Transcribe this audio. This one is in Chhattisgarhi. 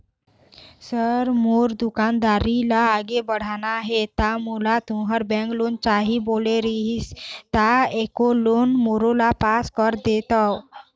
सर मोर दुकानदारी ला आगे बढ़ाना हे ता मोला तुंहर बैंक लोन चाही बोले रीहिस ता एको लोन मोरोला पास कर देतव?